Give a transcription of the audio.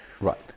Right